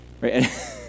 right